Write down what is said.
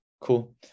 cool